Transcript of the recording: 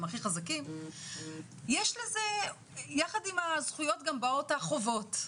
הכי חזקים יחד עם הזכויות גם באות החובות.